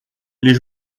les